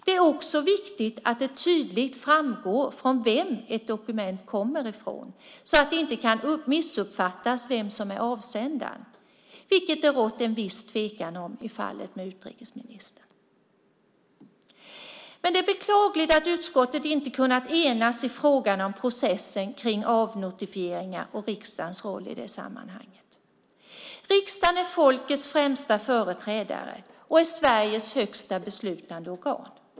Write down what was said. Det är också viktigt att det tydligt framgår från vem ett dokument kommer så att det inte kan missuppfattas vem som är avsändaren, vilket det rått en viss tvekan om i fallet med utrikesministern. Det är beklagligt att utskottet inte har kunnat enas i frågan om processen kring avnotifieringar och riksdagens roll i det sammanhanget. Riksdagen är folkets främsta företrädare och Sveriges högsta beslutande organ.